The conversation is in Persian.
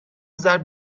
ضرب